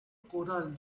coral